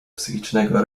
psychicznego